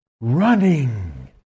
Running